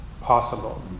possible